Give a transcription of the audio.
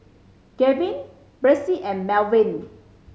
Garvin Bryce and Melvin